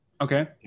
Okay